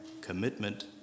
commitment